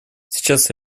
сейчас